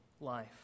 life